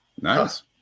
Nice